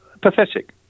pathetic